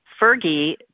Fergie